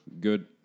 good